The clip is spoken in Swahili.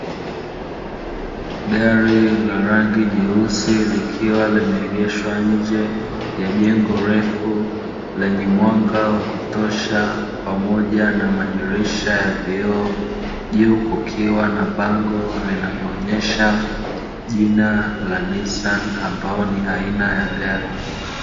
Gari la rangi jeusi likiwa, limeegeshwa nje ya jengo refu lenye mwanga wa kutosha pamoja na madirisha ya vioo, juu kukiwa na bango linaloonyesha jina la Nissani ambao ni aina ya gari.